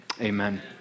amen